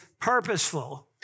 purposeful